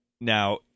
Now